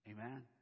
Amen